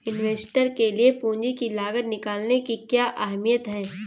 Investor के लिए पूंजी की लागत निकालने की क्या अहमियत है?